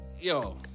Yo